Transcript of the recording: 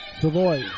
Savoy